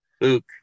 Luke